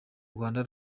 rwanda